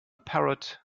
parrot